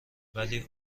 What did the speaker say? ولی